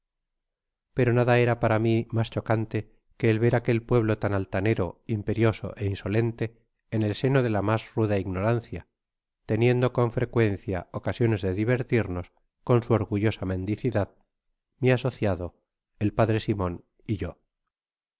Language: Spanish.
pero nada era para mi mas chocante que el ver aquel pueblo tan altanero imperioso é insolente en el seno de la mas ruda ignorancia teniendo con frecuencia ocasiones de divertirnos con su orgullosa mendicidad mi asociado el p simon y yo